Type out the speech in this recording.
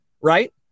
right